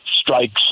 strikes